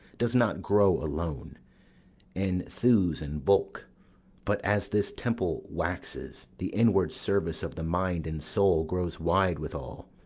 does not grow alone in thews and bulk but as this temple waxes, the inward service of the mind and soul grows wide withal.